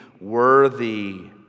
worthy